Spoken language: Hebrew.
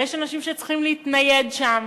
ויש אנשים שצריכים להתנייד שם.